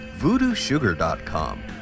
VoodooSugar.com